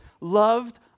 loved